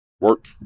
work